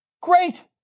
great